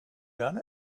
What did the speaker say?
done